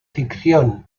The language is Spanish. ficción